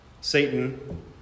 Satan